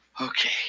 Okay